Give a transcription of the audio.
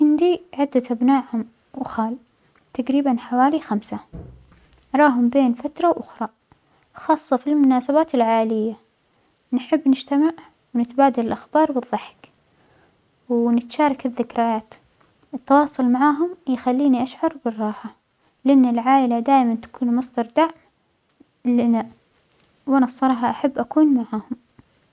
عندى عدة أبناء عم وخال تجريبا حوالى خمسة، أراهم بين فترة وأخرى خاصة في المناسبات العائلية، نحب نجتمع ونتبادل الأخبار والحك ونتشارك الذكرايات، التواصل معاهم يخلينى أشعر بالراحة لأن العائلة دائما تكون مصدر دعم لنا، وأنا الصراحة أحب أكون معاهم.